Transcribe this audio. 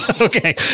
Okay